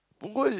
punggol